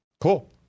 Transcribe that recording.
Cool